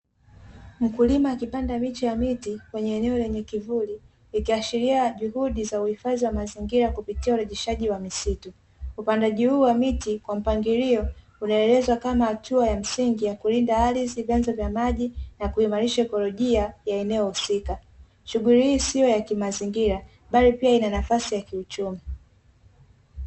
Mkuilima akipanda miche ya miti kwenye eneo lenye kivuli, ikiashiria juhudi za uhifadhi wa mazingira kupitia urejeshaji wa misitu. Upandaji huu wa miti kwa mpangilio, unaelezwa kama hatua ya msingi ya kulinda ardhi, vyanzo vya maji, na kuimarisha ikolojia ya eneo husika. Shughuli hii sio ya kimazingira bali pia, ina nafasi kiuchumi.